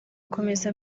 akomeza